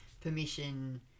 permission